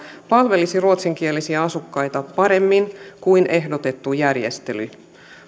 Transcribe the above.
palvelisi ruotsinkielisiä asukkaita paremmin kuin ehdotettu järjestely